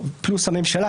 פלוס הממשלה,